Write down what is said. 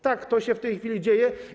Tak, to się w tej chwili dzieje.